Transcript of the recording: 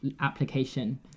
application